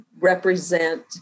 represent